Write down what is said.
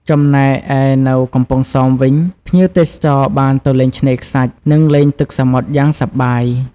ចំណែកឯនៅកំពង់សោមវិញ ភ្ញៀវទេសចរណ៍បានទៅលេងឆ្នេរខ្សាច់ និងលេងទឹកសមុទ្រយ៉ាងសប្បាយ។